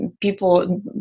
people